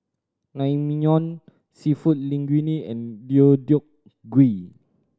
Naengmyeon Seafood Linguine and Deodeok Gui